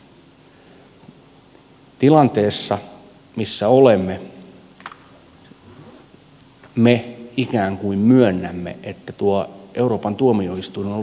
tilanteessa missä olemme me ikään kuin myönnämme että euroopan tuomioistuin on ollut oikeassa